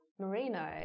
Merino